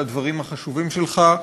על הדברים החשובים שלך,